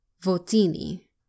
Votini